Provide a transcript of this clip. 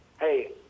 Hey